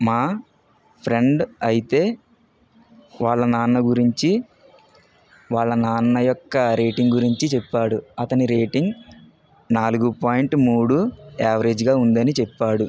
మా ఫ్రెండ్ అయితే వాళ్ళ నాన్న గురించి వాళ్ళ నాన్న యొక్క రేటింగ్ గురించి చెప్పాడు అతని రేటింగ్ నాలుగు పాయింట్ మూడు యావరేజ్గా ఉందని చెప్పాడు